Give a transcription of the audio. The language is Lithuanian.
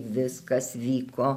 viskas vyko